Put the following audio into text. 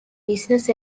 business